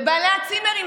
לבעלי הצימרים,